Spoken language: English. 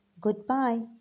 goodbye